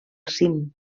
cim